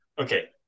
Okay